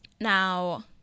now